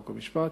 חוק ומשפט,